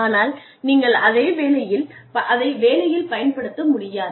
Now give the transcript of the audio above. ஆனால் நீங்கள் அதை வேலையில் பயன்படுத்த முடியாது